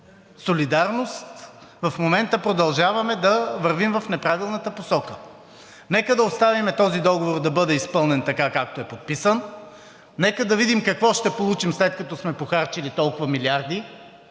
солидарност в момента продължаваме да вървим в неправилната посока. Нека да оставим този договор да бъде изпълнен така, както е подписан. Нека да видим какво ще получим, след като сме похарчили толкава милиарди,